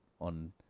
on